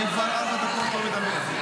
אני כבר ארבע דקות לא מדבר.